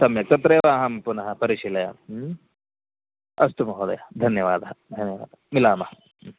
सम्यक् तत्रैव अहं पुनः परिशीलयामि अस्तु महोदय धन्यवादः धन्यवादः मिलामः